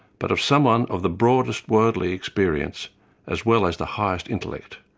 but of someone of the broadest worldly experience as well as the highest intellect.